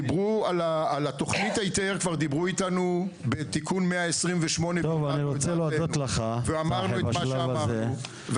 על תכנית היתר כבר דיברו איתנו בתיקון 128 ואמרנו את מה שאמרנו.